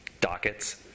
dockets